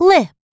Lip